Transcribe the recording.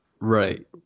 Right